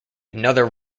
another